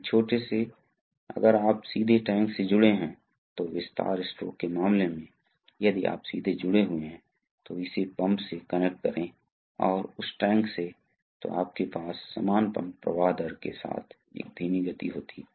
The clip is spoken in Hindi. यदि आप पायलट दबाव लागू करते हैं तब ये सारी चीज़ पायलट दबाव से नीचे आ जाएगी इसलिए यह बात अब मुझे लगता है कि हमारे पास एक आरेख है आपके पास पायलट दबावों के लिए एक अलग आरेख है